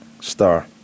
Star